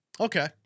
Okay